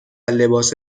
لباس